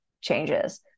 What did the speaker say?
changes